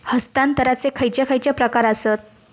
हस्तांतराचे खयचे खयचे प्रकार आसत?